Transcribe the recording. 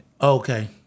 Okay